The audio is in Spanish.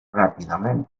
rápidamente